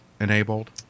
Enabled